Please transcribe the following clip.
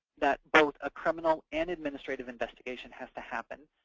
that both a criminal and administrative investigation has to happen,